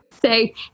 say